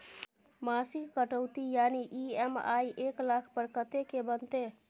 मासिक कटौती यानी ई.एम.आई एक लाख पर कत्ते के बनते?